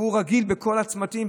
והוא רגיל שבכל הצמתים,